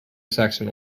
saxon